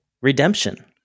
redemption